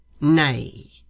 Nay